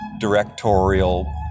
directorial